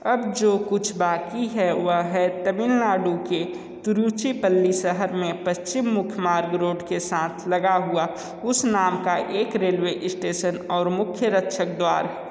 अब जो कुछ बाकी है वह तमिलनाडु के तिरुचिपल्ली शहर मे पश्चिम मुख्य मार्ग रोड के साथ लगा हुआ उस नाम का एक रेलवे स्टेशन और मुख्य रक्षक द्वार